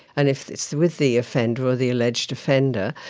and if it's with the offender or the alleged offender,